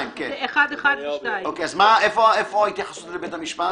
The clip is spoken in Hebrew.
אם תבקש להישפט,